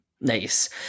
Nice